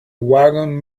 wagon